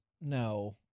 no